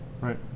Right